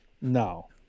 No